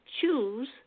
choose